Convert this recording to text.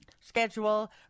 schedule